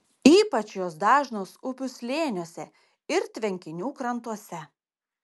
ypač jos dažnos upių slėniuose ir tvenkinių krantuose